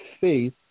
faith